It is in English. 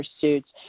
pursuits